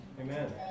Amen